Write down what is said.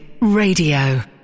Radio